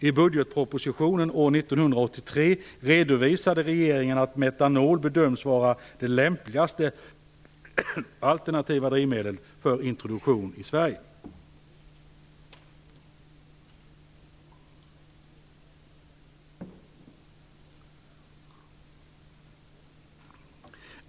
I budgetpropositionen år 1983 redovisade regeringen att metanol bedömdes vara det lämpligaste alternativa drivmedlet för introduktion i Sverige.